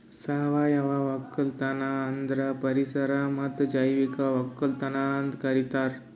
ಸಾವಯವ ಒಕ್ಕಲತನ ಅಂದುರ್ ಪರಿಸರ ಮತ್ತ್ ಜೈವಿಕ ಒಕ್ಕಲತನ ಅಂತ್ ಕರಿತಾರ್